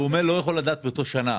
הוא אומר שהוא לא יכול לדעת באותה שנה,